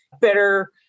better